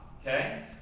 okay